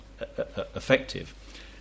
effective